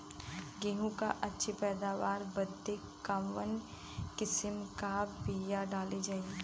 गेहूँ क अच्छी पैदावार बदे कवन किसीम क बिया डाली जाये?